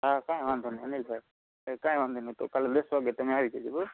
હાં કંઈ વાંધો નહીં અનિલભાઈ કંઈ વાંધો નહીં તો કાલે દશ વાગે તમે આવી જજો બરોબર